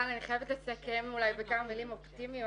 אבל אני חייבת לסכם אולי בכמה מילים אופטימיות